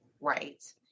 right